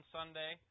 Sunday